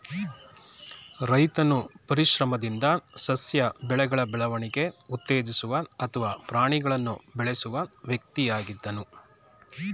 ರೈತನು ಪರಿಶ್ರಮದಿಂದ ಸಸ್ಯ ಬೆಳೆಗಳ ಬೆಳವಣಿಗೆ ಉತ್ತೇಜಿಸುವ ಅಥವಾ ಪ್ರಾಣಿಗಳನ್ನು ಬೆಳೆಸುವ ವ್ಯಕ್ತಿಯಾಗಿದ್ದನು